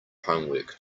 homework